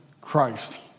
Christ